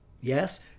Yes